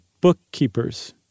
bookkeepers